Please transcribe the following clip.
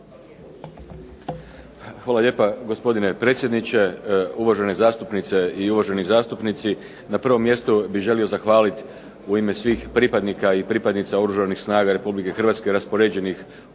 Hvala lijepa. Gospodine predsjedniče, uvažene zastupnice i zastupnici. Na prvom mjestu bih želio zahvaliti u ime svih pripadnika i pripadnica Oružanih snaga Republike Hrvatske raspoređenih